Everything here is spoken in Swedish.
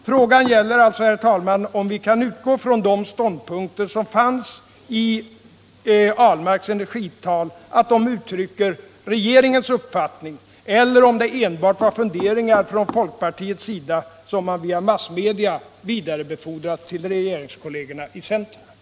Frågan gäller alltså, herr talman, om vi kan utgå från att de ståndpunkter som fanns i Ahlmarks energital uttrycker regeringens uppfattning eller om det enbart var funderingar från folkpartiets sida, som man via massmedia vidarebefordrade till regeringskollegerna i centern.